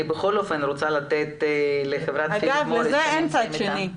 אני בכל אופן רוצה לתת לחברת פיליפ מוריס --- לזה אין צד שני.